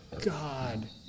God